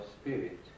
spirit